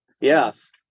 Yes